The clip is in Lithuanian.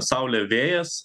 saulė vėjas